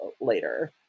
later